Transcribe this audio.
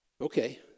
Okay